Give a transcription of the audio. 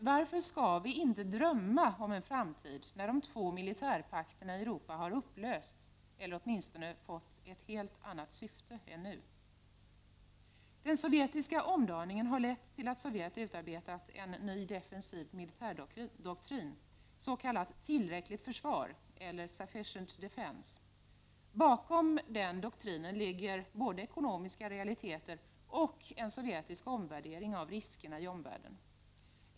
Varför skall vi då inte kunna drömma om en framtid när de två militärpakterna i Europa har upplösts eller åtminstone fått ett helt annat syfte än nu? Den sovjetiska omdaningen har lett till att Sovjet har utarbetat en ny, defensiv militärdoktrin —s.k. tillräckligt försvar eller sufficient defence. Bakom den doktrinen ligger såväl ekonomiska realiteter som en omvärdering av riskerna i omvärlden.